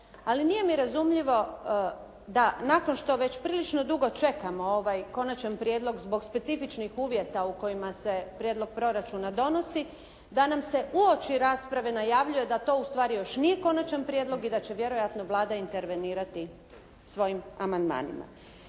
ali nije mi razumljivo da nakon što već prilično dugo čekamo ovaj konačan prijedlog zbog specifičnih uvjeta u kojima se prijedlog proračuna donosi, da nam se uoči rasprave najavljuje da to ustvari još nije konačan prijedlog i da će vjerojatno Vlada intervenirati svojim amandmanima.